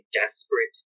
desperate